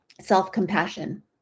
self-compassion